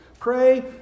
Pray